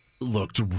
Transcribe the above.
Looked